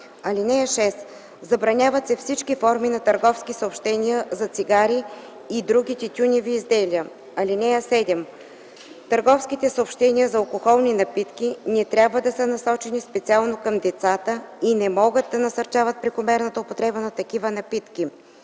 среда. (6) Забраняват се всички форми на търговски съобщения за цигари и други тютюневи изделия. (7) Търговските съобщения за алкохолни напитки не трябва да са насочени специално към деца и не могат да насърчават прекомерната употреба на такива напитки.